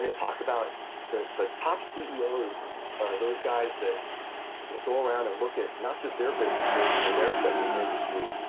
it talks about the the top ceo's are those guys that go around and look at not just their businesses and their segment of industry,